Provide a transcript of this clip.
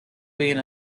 being